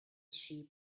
sheep